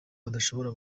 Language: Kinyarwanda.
badashobora